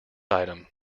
item